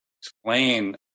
explain